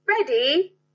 Ready